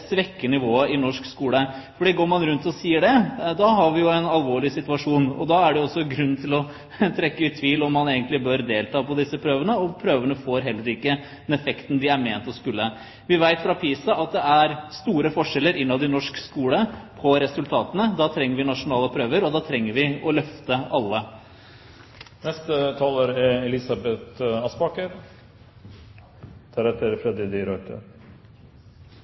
svekke nivået i norsk skole. Går man rundt og sier det, da har vi jo en alvorlig situasjon. Da er det også grunn til å trekke i tvil om man egentlig bør delta i disse prøvene, og prøvene får heller ikke den effekten de er ment å skulle ha. Vi vet fra PISA at det er store forskjeller innad i norsk skole når det gjelder resultater. Da trenger vi nasjonale prøver, og vi trenger å løfte alle.